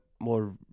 more